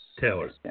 Taylor